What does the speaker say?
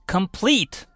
Complete